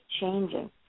changing